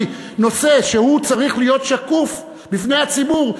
נושא שצריך להיות שקוף בפני הציבור,